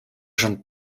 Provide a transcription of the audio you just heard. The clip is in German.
schon